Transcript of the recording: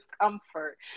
comfort